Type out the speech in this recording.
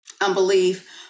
unbelief